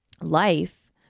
life